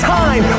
time